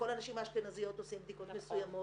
לכל הנשים האשכנזיות עושים בדיקות מסוימות,